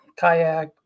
kayak